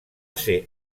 ser